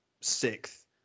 sixth